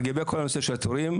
לגבי כל הנושא של התורים,